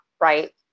right